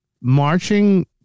marching